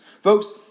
Folks